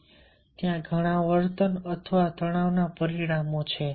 તેથી ત્યાં ઘણા વર્તન અથવા તણાવના પરિણામો છે